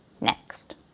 next